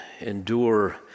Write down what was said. endure